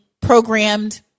programmed